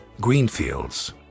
Greenfields